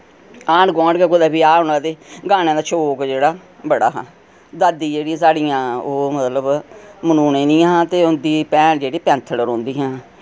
आंढ गुआंढ गै कुतै ब्याह् होना ते गाने दा शौक जेह्ड़ा बड़ा हा दादी जेह्ड़ी साढ़ियां ओह् मतलब मनुने नि हां ते उंदी भैन जेह्ड़ी पैंथल रौंह्नदियां